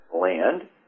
land